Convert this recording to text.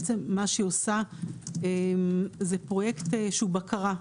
בעצם מה שהיא עושה זה פרויקט שהוא בקרה.